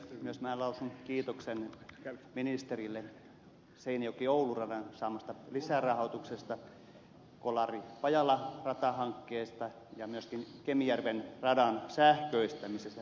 myös minä lausun kiitoksen ministerille seinäjokioulu radan saamasta lisärahoituksesta kolaripajala ratahankkeesta ja myöskin kemijärven radan sähköistämisestä